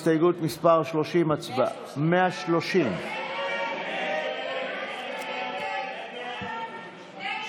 מ-112 עד 129, הוסרו.